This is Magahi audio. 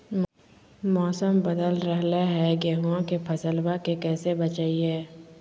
मौसम बदल रहलै है गेहूँआ के फसलबा के कैसे बचैये?